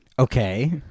Okay